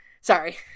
sorry